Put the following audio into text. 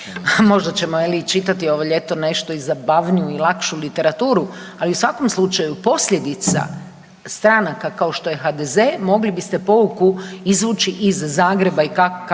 Možda ćemo čitati ovo ljeto nešto i zabavniju i lakšu literaturu, ali u svakom slučaju, posljedica stranaka kao HDZ, mogli biste pouku izvući iz Zagreba i